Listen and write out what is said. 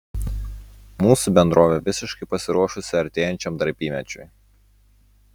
mūsų bendrovė visiškai pasiruošusi artėjančiam darbymečiui